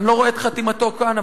אני לא רואה את חתימתו כאן,